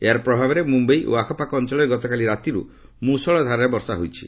ଏହାର ପ୍ରଭାବରେ ମ୍ରମ୍ଭାଇ ଓ ଆଖପାଖ ଅଞ୍ଚଳରେ ଗତକାଲି ରାତିର୍ ମ୍ରଷଳ ଧାରାରେ ବର୍ଷା ହୋଇଛି